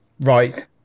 right